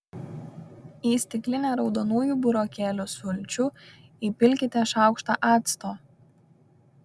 į stiklinę raudonųjų burokėlių sulčių įpilkite šaukštą acto